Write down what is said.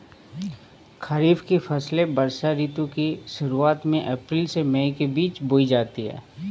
खरीफ की फसलें वर्षा ऋतु की शुरुआत में अप्रैल से मई के बीच बोई जाती हैं